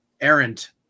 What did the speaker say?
errant